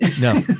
No